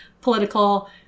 political